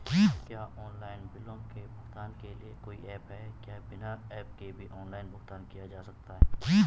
क्या ऑनलाइन बिलों के भुगतान के लिए कोई ऐप है क्या बिना ऐप के भी ऑनलाइन भुगतान किया जा सकता है?